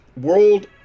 world